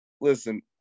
listen